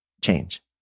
change